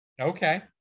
Okay